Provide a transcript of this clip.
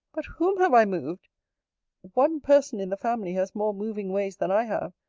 but whom have i moved one person in the family has more moving ways than i have,